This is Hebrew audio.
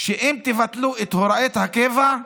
אם תבטלו את הוראת הקבע,